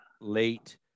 late